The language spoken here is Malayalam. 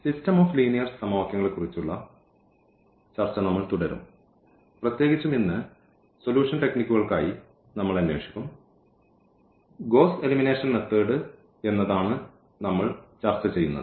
സിസ്റ്റം ഓഫ് ലീനിയർ സമവാക്യങ്ങളെക്കുറിച്ചുള്ള ചർച്ച നമ്മൾ തുടരും പ്രത്യേകിച്ചും ഇന്ന് സൊല്യൂഷൻ ടെക്നിക്കുകൾക്കായി നമ്മൾ അന്വേഷിക്കും ഗ്വോസ്സ് എലിമിനേഷൻ മെത്തേഡ് എന്നതാണ് നമ്മൾ ചർച്ച ചെയ്യുന്നത്